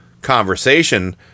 conversation